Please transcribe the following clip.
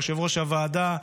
יושב-ראש הוועדה,